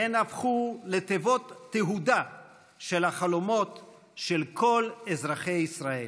הן הפכו לתיבות תהודה של החלומות של כל אזרחי ישראל,